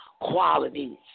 qualities